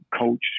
coach